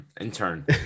intern